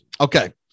Okay